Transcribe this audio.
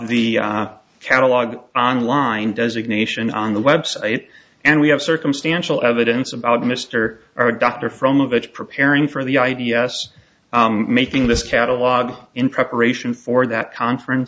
the catalog on line designation on the web site and we have circumstantial evidence about mr our doctor from of edge preparing for the i d s making this catalog in preparation for that conference